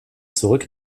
zurück